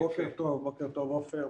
בוקר טוב, עפר.